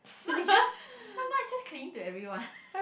Mark is just no Mark is just clingy to everyone